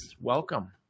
welcome